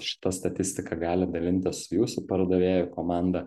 šita statistika galit dalintis su jūsų pardavėjų komanda